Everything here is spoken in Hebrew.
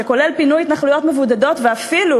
שכולל פינוי התנחלויות מבודדות ואפילו,